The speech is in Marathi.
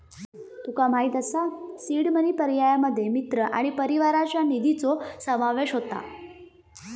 तुका माहित असा सीड मनी पर्यायांमध्ये मित्र आणि परिवाराच्या निधीचो समावेश होता